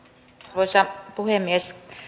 arvoisa puhemies